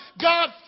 God